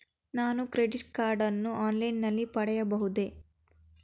ನಾನು credit card ಅನ್ನು online ನಲ್ಲಿ ಪಡೆಯಬಹುದೇ?